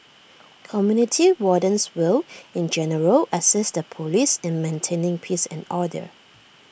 community wardens will in general assist the Police in maintaining peace and order